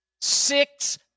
six